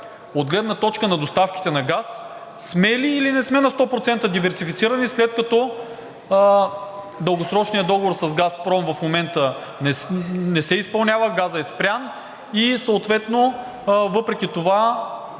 От гледна точка на доставките на газ сме или не сме 100% диверсифицирани, след като дългосрочният договор с „Газпром“ в момента не се изпълнява, газът е спрян и съответно въпреки това